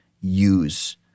use